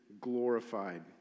glorified